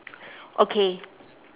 okay